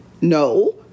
No